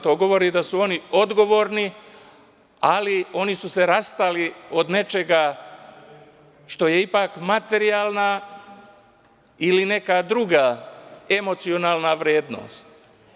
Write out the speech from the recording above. To govori da su oni odgovorni, ali oni su se rastali od nečega što je ipak materijalna ili neka druga emocionalna vrednost.